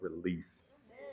release